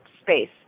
space